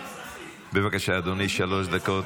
בבקשה, אדוני, שלוש דקות.